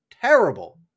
terrible